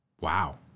Wow